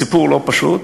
סיפור לא פשוט,